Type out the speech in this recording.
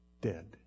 dead